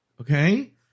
Okay